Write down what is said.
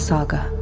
Saga